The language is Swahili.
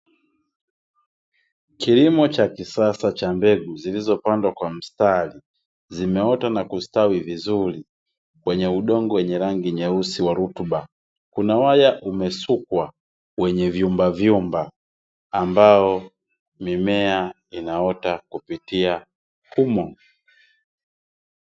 Kilimo cha kisasa cha mbegu zilizopandwa kwa mstari, zimeota na kustawi vizuri kwenye udongo wenye rangi nyeusi wa rutuba. Kuna waya umesukwa, wenye vyumbavyumba, ambao mimea inaota kupitia humo.